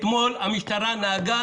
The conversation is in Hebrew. אתמול המשטרה נהגה